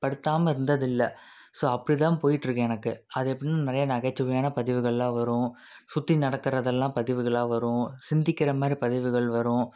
படுத்தாமல் இருந்ததில்லை ஸோ அப்படிதான் போயிட்டிருக்கு எனக்கு அது எப்படின்னா நிறையா நகைச்சுவையான பதிவுகளெலான் வரும் சுற்றி நடக்கிறதெல்லாம் பதிவுகளாக வரும் சிந்திக்கிற மாதிரி பதிவுகள் வரும்